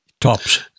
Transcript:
Tops